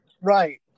right